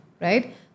right